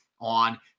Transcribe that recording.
on